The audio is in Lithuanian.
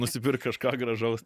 nusipirk kažką gražaus